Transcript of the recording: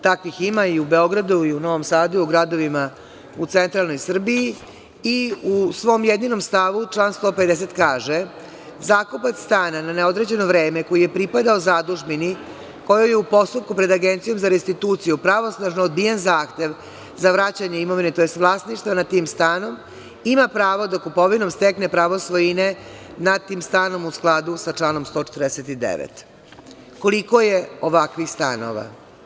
Takvih ima i u Beogradu i u Novom Sadu i u gradovima u centralnoj Srbiji i u svom jedinom stavu član 150 kaže: „Zakupac stana na neodređeno vreme koje je pripadao zadužbini kojoj je u postupku pred Agencijom za restituciju pravosnažno odbijen zahtev za vraćanje imovine, to jest vlasništva nad tim stanom ima pravo da kupovinom stekne pravo svojine nad tim stanom u skladu sa članom 149.“ Koliko je ovakvih stanova?